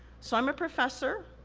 so, i'm a professor,